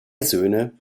söhne